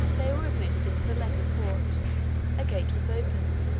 they were admitted into the lesser port a gate was opened,